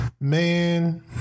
Man